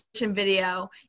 video